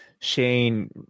Shane